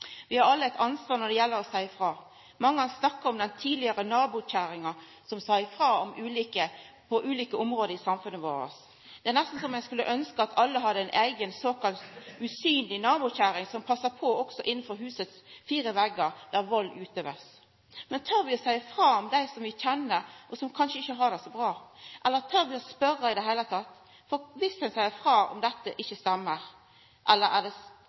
vi det? Vi har alle eit ansvar når det gjeld å seia ifrå. Mange har snakka om den tidlegare nabokjerringa som sa ifrå på ulike område i samfunnet vårt. Det er nesten så ein skulle ønskje at alle hadde ei eiga såkalla usynleg nabokjerring som passa på innanfor huset sine fire vegger der vald blir utøvd. Men tør vi å seia ifrå om dei som vi kjenner, og som kanskje ikkje har det så bra? Eller tør vi å spørja i det heile teke? Kva dersom ein seier ifrå og dette ikkje stemmer, eller